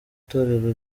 itorero